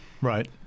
Right